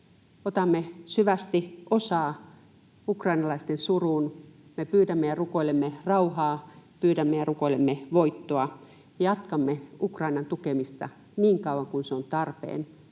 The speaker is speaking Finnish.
Otamme syvästi osaa ukrainalaisten suruun. Me pyydämme ja rukoilemme rauhaa, pyydämme ja rukoilemme voittoa. Jatkamme Ukrainan tukemista niin kauan kuin se on tarpeen,